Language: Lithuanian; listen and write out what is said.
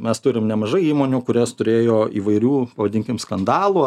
mes turim nemažai įmonių kurias turėjo įvairių pavadinkim skandalų